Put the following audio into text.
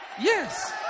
Yes